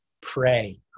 pray